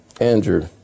Andrew